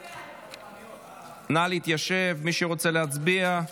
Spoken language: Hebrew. נא להתיישב, מי שרוצה להצביע,